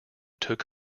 took